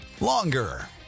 longer